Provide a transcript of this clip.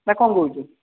ନା କ'ଣ କହୁଛୁ